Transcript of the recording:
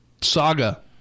Saga